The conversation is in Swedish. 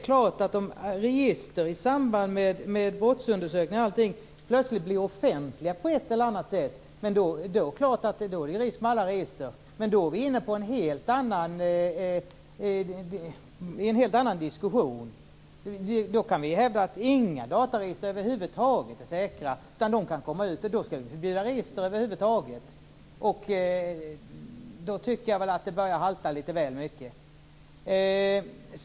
Fru talman! Det är klart att det finns en risk med detta om ett register i samband med en brottsundersökning plötsligt skulle bli offentligt. Men det gäller ju alla register. Då är vi inne på en helt annan diskussion. Då kan vi hävda att inga dataregister över huvud taget är säkra, utan de kan alltid komma ut. Då skall vi förbjuda register över huvud taget. Då tycker jag att det börjar halta litet väl mycket.